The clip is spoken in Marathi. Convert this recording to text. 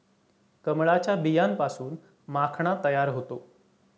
कमळाच्या बियांपासून माखणा तयार होतो